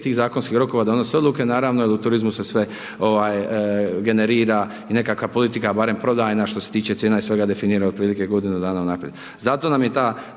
tih zakonskih rokova, donose odluke, naravno i u turizmu se sve generira i nekakva politika barem prodajna što se tiče cijena je svega definirana otprilike godinu dana unaprijed.